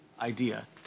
idea